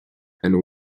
and